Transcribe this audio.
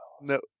No